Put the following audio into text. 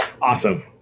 awesome